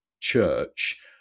church